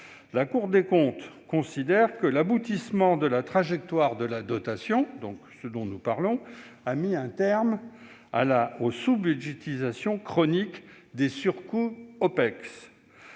la Cour des comptes considère que l'aboutissement de la trajectoire de la dotation a mis un terme aux sous-budgétisations chroniques des surcoûts OPEX.